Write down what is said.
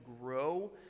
grow